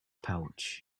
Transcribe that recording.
pouch